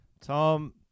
Tom